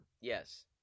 yes